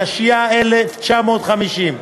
התש"י 1950,